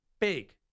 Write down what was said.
big